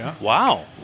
Wow